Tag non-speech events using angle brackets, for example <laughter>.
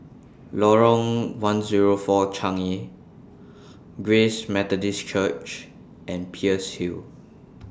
Lorong one Zero four Changi Grace Methodist Church and Peirce Hill <noise>